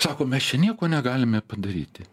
sako mes čia nieko negalime padaryti